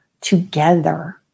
together